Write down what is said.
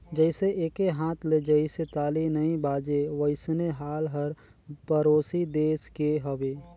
जइसे एके हाथ ले जइसे ताली नइ बाजे वइसने हाल हर परोसी देस के हवे